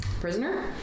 Prisoner